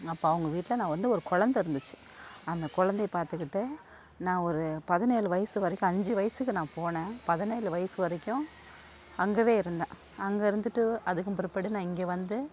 அப்போ அவங்கள் வீட்டில் நான் வந்து ஒரு கொழந்த இருந்துச்சு அந்த கொழந்தைய பார்த்துக்கிட்டு நான் ஒரு பதினேழு வயசு வரைக்கும் அஞ்சு வயதுக்கு நான் போனேன் பதினேழு வயசு வரைக்கும் அங்கயே இருந்தேன் அங்கே இருந்துட்டு அதுக்கும் பிற்பாடு நான் இங்கே வந்து